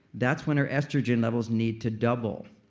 that's when her estrogen levels need to double.